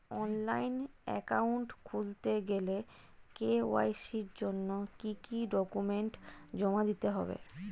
Online account খুলতে গেলে KYC জন্য কি কি ডকুমেন্ট জমা দিতে হবে?